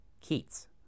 Keats